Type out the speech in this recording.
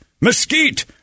mesquite